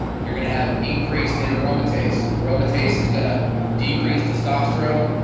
you're going to have increase in aromatase, aromatase is going to decrease testosterone,